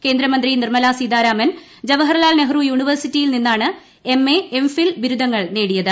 കേന്ദ്രമന്ത്രി നിർമലാസീതാരാമൻ ജവഹർലാൽ നെഹ്റു യൂണിവേഴ്സിറ്റിയിൽ നിന്നാണ് എം എ എം എഫിൽ ബിരുദങ്ങൾ നേടിയത്